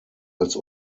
als